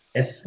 Yes